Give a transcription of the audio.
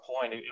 point